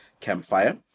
Campfire